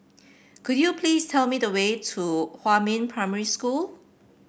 could you please tell me the way to Huamin Primary School